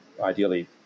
Ideally